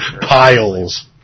Piles